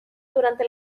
durante